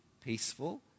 peaceful